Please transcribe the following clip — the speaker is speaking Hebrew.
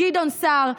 גדעון סער,